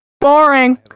Boring